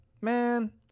man